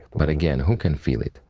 but again, who can feel it?